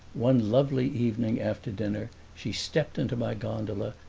one lovely evening after dinner, she stepped into my gondola,